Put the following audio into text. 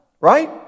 right